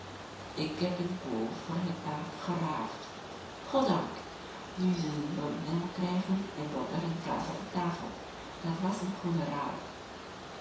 ik heb een koe voor het paard geruild goddank nu zullen we melk krijgen en boter en kaas op de tafel dat was een goede ruil